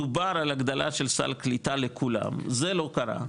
דובר על הגדלה של סל קליטה לכולם, זה לא קרה,